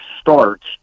starts